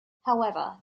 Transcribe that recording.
however